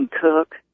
cook